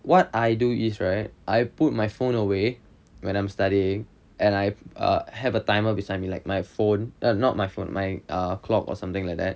what I do is right I put my phone away when I'm studying and I err have a timer beside me like my phone or not my phone my err clock or something like that